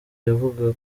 yavuga